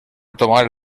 tomar